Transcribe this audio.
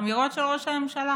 אמירות של ראש הממשלה